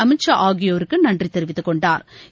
அமித்ஷா ஆகியோருக்கு நன்றி தெரிவித்துக் கொண்டாா்